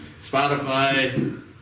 Spotify